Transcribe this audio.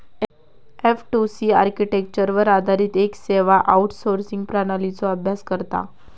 F two C आर्किटेक्चरवर आधारित येक सेवा आउटसोर्सिंग प्रणालीचो अभ्यास करता